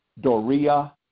doria